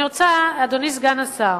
אדוני סגן השר,